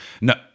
No